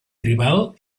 tribal